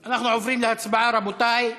אנחנו עוברים להצבעה, רבותי,